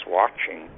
watching